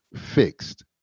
fixed